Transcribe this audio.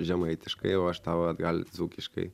žemaitiškai o aš tau atgal dzūkiškai